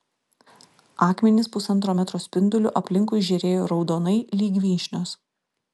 akmenys pusantro metro spinduliu aplinkui žėrėjo raudonai lyg vyšnios